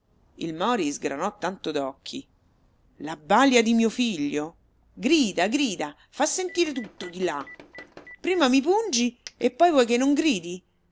il mori sgranò tanto d'occhi la balia di mio figlio grida grida fa sentire tutto di là prima mi pungi e poi vuoi che non gridi